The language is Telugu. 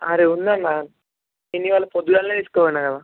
అరే ఉంది అన్న నేను ఇవాళ పొద్దుగాల తీసుకుపోయిన కదా